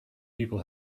people